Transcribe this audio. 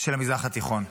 של המזרח התיכון.